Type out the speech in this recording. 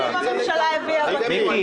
איזה נושאים הממשלה הביאה בכנסת הזו?